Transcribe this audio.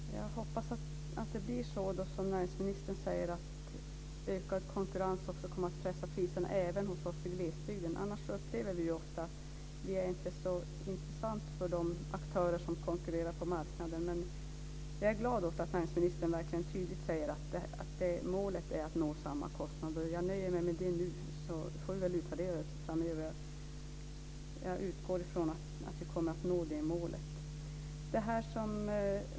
Fru talman! Jag hoppas att det blir som näringsministern säger, att ökad konkurrens kommer att pressa priserna även hos oss i glesbygden. Annars upplever vi ofta att vi inte är så intressanta för de aktörer som konkurrerar på marknaden. Men jag är glad åt att näringsministern verkligen tydligt säger att målet är att nå samma kostnader. Jag nöjer mig med det nu, så får vi väl utvärdera det framöver. Jag utgår från att vi kommer att nå det målet.